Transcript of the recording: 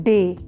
Day